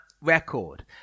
record